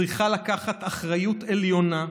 צריכה לקחת אחריות עליונה,